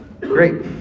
Great